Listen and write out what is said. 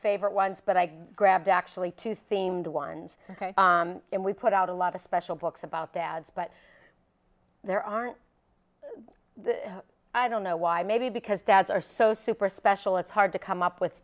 favorite ones but i grabbed actually two themed ones and we put out a lot of special books about dads but there aren't i don't know why maybe because dads are so super special it's hard to come up with